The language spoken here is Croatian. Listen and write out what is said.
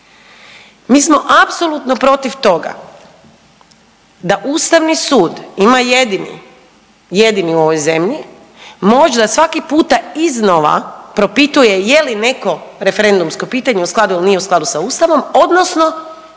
Mi smo apsolutno protiv toga da Ustavni sud ima jedini, jedini u ovoj zemlji moć da svaki puta iznova propituje je li neko referendumsko pitanje u skladu ili nije u skladu sa Ustavom odnosno je